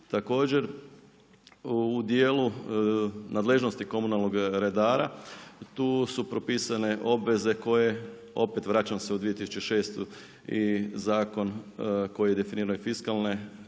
Također u dijelu nadležnosti komunalnog redara, tu su propisane obveze, koje opet vraćam se u 2006. i zakon koji definira i fiskalne učinke,